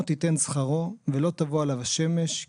טו בְּיוֹמוֹ תִתֵּן שְׂכָרוֹ וְלֹא תָבוֹא עָלָיו